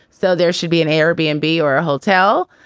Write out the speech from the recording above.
so there should be an air bmb or a hotel.